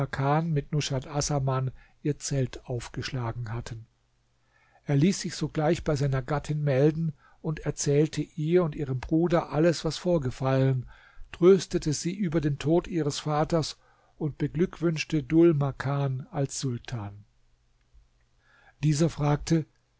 makan mit nushat assaman ihr zelt aufgeschlagen hatten er ließ sich sogleich bei seiner gattin melden und erzählte ihr und ihrem bruder alles was vorgefallen tröstete sie über den tod ihres vaters und beglückwünschte dhul makan als sultan dieser fragte